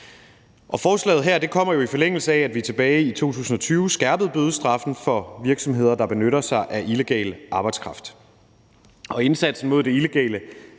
Forslaget her kommer jo, i forlængelse af at vi tilbage i 2020 skærpede bødestraffen for virksomheder, der benytter sig af illegal arbejdskraft.